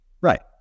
Right